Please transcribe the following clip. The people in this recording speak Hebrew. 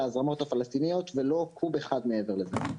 ההזרמות הפלסטיניות ולא קוב אחד מעבר לזה.